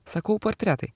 sakau portretai